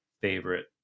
favorite